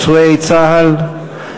פצועי צה"ל,